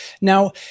Now